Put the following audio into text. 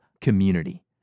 community